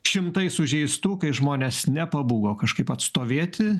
šimtai sužeistų kai žmonės nepabūgo kažkaip atstovėti